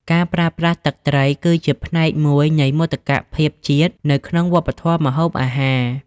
ការប្រើប្រាស់ ទឹកត្រីគឺជាផ្នែកមួយនៃមោទកភាពជាតិនៅក្នុងវប្បធម៌ម្ហូបអាហារ។